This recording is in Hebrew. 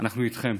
אנחנו איתכן.